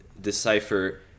decipher